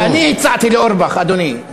זה אני הצעתי לאורבך, אדוני.